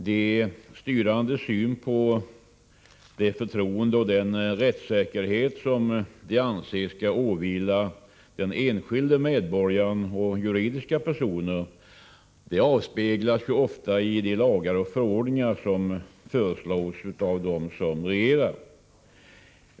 De styrandes syn på det förtroende och den rättssäkerhet som de anser skall åvila den enskilde medborgaren och juridiska personer avspeglas ofta i de lagar och förordningar som föreslås av dem som regerar.